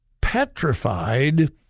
petrified